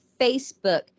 Facebook